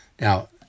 Now